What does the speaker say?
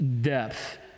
depth